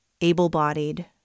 able-bodied